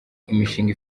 imishinga